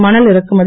மணல் இறக்குமதி